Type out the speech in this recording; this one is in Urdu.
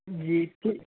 جی تو